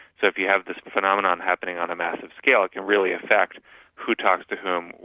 so if you have this phenomenon happening on a massive scale it can really affect who talks to whom,